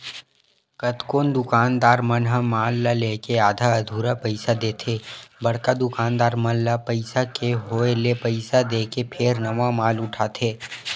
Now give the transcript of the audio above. कतकोन दुकानदार मन ह माल ल लेके आधा अधूरा पइसा देथे बड़का दुकानदार मन ल पइसा के होय ले पइसा देके फेर नवा माल उठाथे